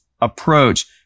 approach